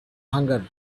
hunger